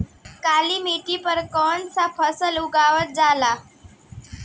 काली मिट्टी पर कौन सा फ़सल उगावल जाला?